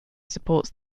supports